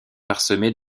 parsemé